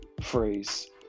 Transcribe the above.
phrase